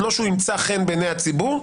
לא שהוא ימצא חן בעיני הציבור.